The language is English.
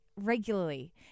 regularly